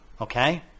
okay